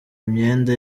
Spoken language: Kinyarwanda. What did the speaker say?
imyenda